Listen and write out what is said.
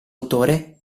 autore